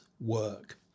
work